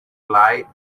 lie